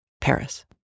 Paris